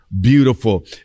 beautiful